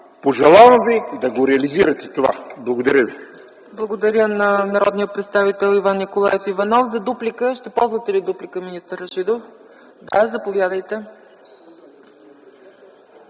Пожелавам Ви да реализирате това! Благодаря ви.